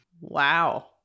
Wow